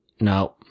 no